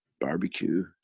barbecue